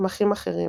קמחים אחרים,